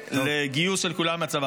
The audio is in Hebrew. לגיוס של כולם לצבא.